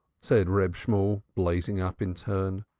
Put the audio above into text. said reb shemuel, blazing up in turn.